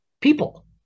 people